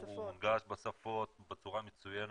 הוא מונגש בשפות בצורה מצוינת.